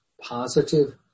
positive